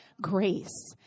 grace